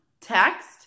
text